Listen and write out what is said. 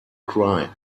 cry